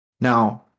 Now